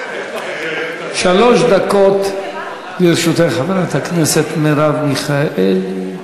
שלוש דקות לרשותך, חברת הכנסת מרב מיכאלי.